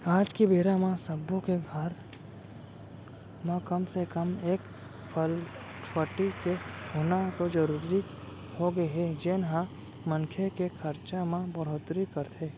आज के बेरा म सब्बो के घर म कम से कम एक फटफटी के होना तो जरूरीच होगे हे जेन ह मनखे के खरचा म बड़होत्तरी करथे